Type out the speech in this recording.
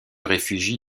réfugient